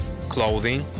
clothing